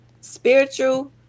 spiritual